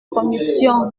commission